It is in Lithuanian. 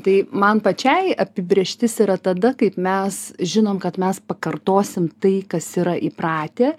tai man pačiai apibrėžtis yra tada kaip mes žinom kad mes pakartosim tai kas yra įpratę